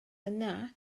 yna